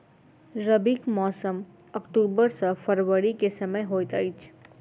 रबीक मौसम अक्टूबर सँ फरबरी क समय होइत अछि